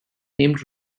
named